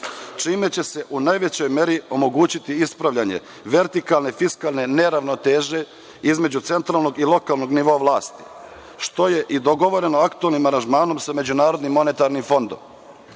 čime će se u najvećoj meri omogućiti ispravljanje vertikalne fiskalne neravnoteže između centralnog i lokalnog nivoa vlasti, što je i dogovoreno aktuelnim aranžmanom sa MMF. Preraspodela